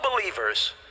believers